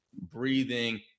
breathing